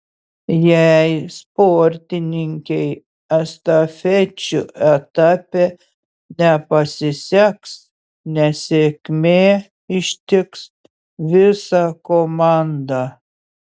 jei sportininkei estafečių etape nepasiseks nesėkmė ištiks visą komandą